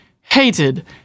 hated